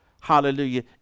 Hallelujah